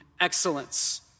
excellence